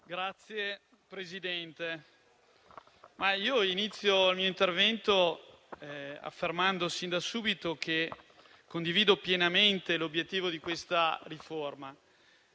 Signor Presidente, inizio il mio intervento affermando sin da subito che condivido pienamente l'obiettivo di questa riforma.